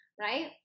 right